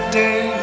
day